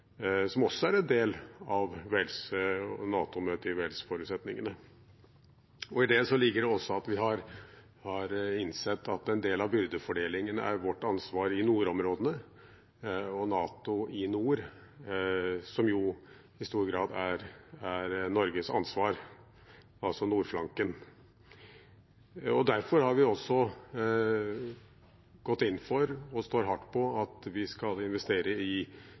også er en del av forutsetningene fra NATO-møtet i Wales. I det ligger det også at vi har innsett at en del av byrdefordelingene er vårt ansvar i nordområdene og NATOs nordflanke, som jo i stor grad er Norges ansvar. Derfor har vi også gått inn for og står hardt på at vi skal investere i